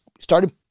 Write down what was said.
Started